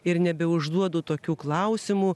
ir nebeužduodu tokių klausimų